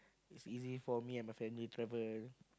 is easy for me and my family travel